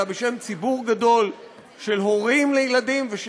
אלא בשם ציבור גדול של הורים לילדים ושל